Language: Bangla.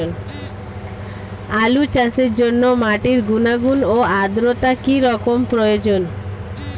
আলু চাষের জন্য মাটির গুণাগুণ ও আদ্রতা কী রকম প্রয়োজন?